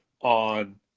on